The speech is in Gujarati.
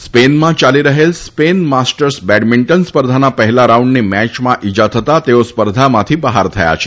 કશ્યપને સ્પેનમાં ચાલી રહેલી સ્પેન માસ્ટર્સ બેડમિન્ટન સ્પર્ધાના પહેલા રાઉન્ડની મેચમાં ઇજા થતા તેઓ સ્પર્ધામાંથી બહાર થયા છે